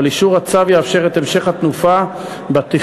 אבל אישור הצו יאפשר את המשך התנופה בתכנון,